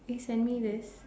can you send me this